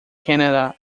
canada